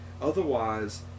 Otherwise